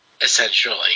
essentially